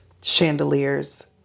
chandeliers